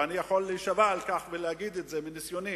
אני יכול להישבע על כך ולהגיד את זה מניסיוני.